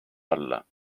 alla